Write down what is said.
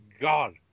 god